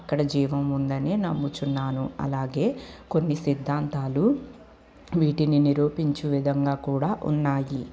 అక్కడ జీవం ఉందని నమ్ముచున్నాను అలాగే కొన్ని సిద్ధాంతాలు వీటిని నిరూపించు విధంగా కూడా ఉన్నాయి